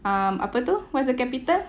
um apa tu what's the capital